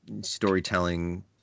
storytelling